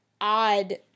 odd